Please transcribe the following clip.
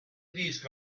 disco